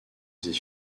ses